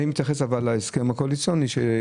אני מתייחס להסכם הקואליציוני.